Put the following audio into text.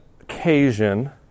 occasion